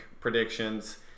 predictions